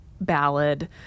ballad